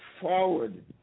forward